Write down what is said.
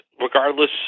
regardless